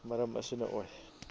ꯃꯔꯝ ꯑꯁꯤꯅ ꯑꯣꯏ